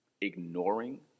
ignoring